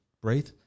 breathe